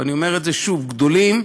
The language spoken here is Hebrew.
ואני אומר את זה שוב: גדולים,